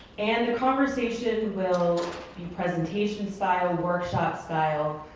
and the conversation will be presentation style, workshop style.